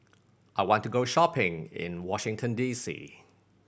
I want to go shopping in Washington D C